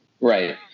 Right